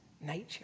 nature